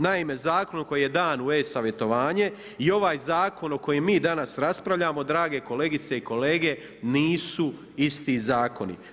Naime, zakon koji je dan u e-savjetovanje i ovaj zakon o kojem mi danas raspravljamo drage kolegice i kolege nisu isti zakoni.